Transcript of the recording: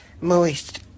Moist